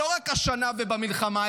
לא רק השנה ובמלחמה,